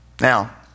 Now